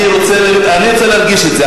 אני רוצה להרגיש את זה.